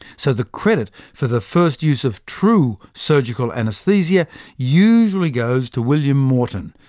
so the credit for the first use of true surgical anaesthesia usually goes to william morton,